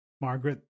Margaret